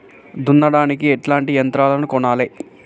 దున్నడానికి ఎట్లాంటి యంత్రాలను కొనాలే?